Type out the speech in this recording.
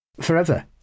forever